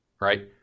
right